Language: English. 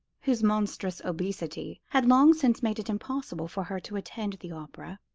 whose monstrous obesity had long since made it impossible for her to attend the opera,